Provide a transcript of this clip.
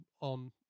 on